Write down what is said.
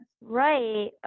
Right